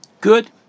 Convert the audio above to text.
Good